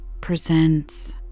presents